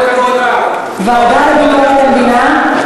הוועדה לביקורת המדינה?